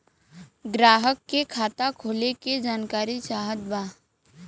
ग्राहक के खाता खोले के जानकारी चाहत बा?